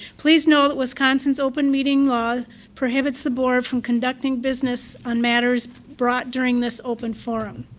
please know that wisconsin's open meeting law prohibits the board from conducting business on matters brought during this open forum.